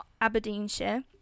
Aberdeenshire